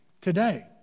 today